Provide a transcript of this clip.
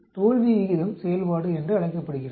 இது தோல்வி விகிதம் செயல்பாடு என்று அழைக்கப்படுகிறது